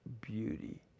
beauty